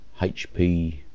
HP